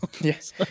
yes